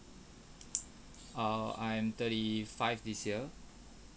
err I am thirty five this year